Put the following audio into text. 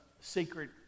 secret